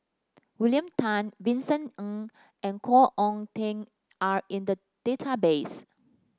William Tan Vincent Ng and Khoo Oon Teik are in the database